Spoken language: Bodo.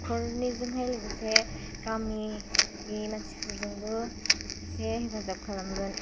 नखरनि जोंहाय लोगोसे गामिनि मानसिफोर जोंबो एसे हेफाजाब खालामगोन